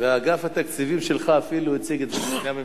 ואגף התקציבים שלך אפילו הציג את זה בפני הממשלה.